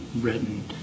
written